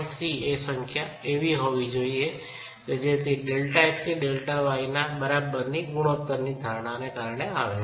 3 એ સંખ્યા એવી હોવી જોઈએ જે Δx થી Δy ના બરાબર ગુણોત્તરની ધારણાને કારણે આવે છે